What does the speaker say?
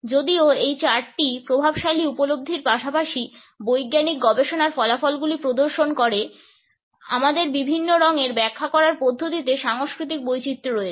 যদিও এই চার্টটি প্রভাবশালী উপলব্ধির পাশাপাশি বৈজ্ঞানিক গবেষণার ফলাফলগুলি প্রদর্শন করে আমাদের বিভিন্ন রঙের ব্যাখ্যা করার পদ্ধতিতে সাংস্কৃতিক বৈচিত্র্য রয়েছে